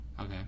Okay